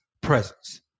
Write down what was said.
presence